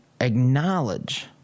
acknowledge